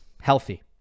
healthy